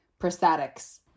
prosthetics